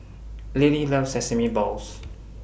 Linnie loves Sesame Balls